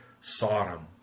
Sodom